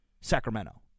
Sacramento